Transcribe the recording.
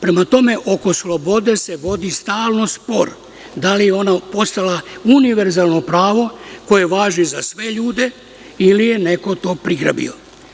Prema tome, oko slobode se vodi stalno spor, da li je ona postala univerzalno pravo koje važi za sve ljude ili je neko to prigrabio.